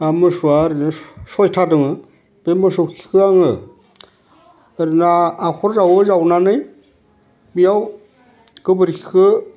मा मोसौया ओरैनो सयथा दङो बे मोसौ खिखौ आङो ओरैनो हाखर जावो जावनानै बेयाव गोबोरखिखो